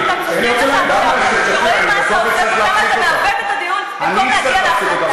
רואים מה אתה עושה וכמה אתה מעוות את הדיון במקום להגיע להחלטה.